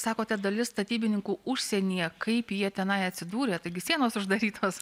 sakote dalis statybininkų užsienyje kaip jie tenai atsidūrė taigi sienos uždarytos